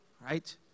Right